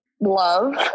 love